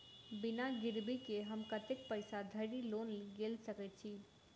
बिना गिरबी केँ हम कतेक पैसा धरि लोन गेल सकैत छी?